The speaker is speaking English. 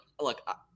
look